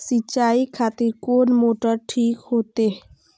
सीचाई खातिर कोन मोटर ठीक होते?